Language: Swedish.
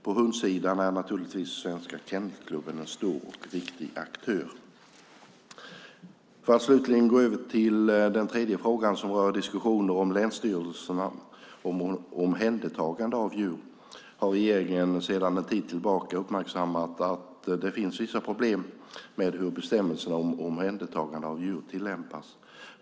På hundsidan är naturligtvis Svenska Kennelklubben en stor och viktig aktör. För att slutligen gå över till den tredje frågan som rör diskussioner med länsstyrelserna om omhändertaganden av djur har regeringen sedan en tid tillbaka uppmärksammat att det finns vissa problem med hur bestämmelserna om omhändertaganden av djur tillämpas.